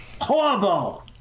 Horrible